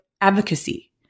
advocacy